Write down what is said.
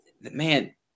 man